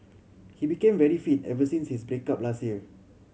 he became very fit ever since his break up last year